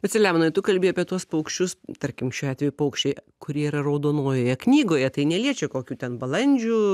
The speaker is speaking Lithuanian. bet seliamonai tu kalbi apie tuos paukščius tarkim šiuo atveju paukščiai kurie yra raudonojoje knygoje tai neliečia kokių ten balandžių